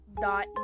dot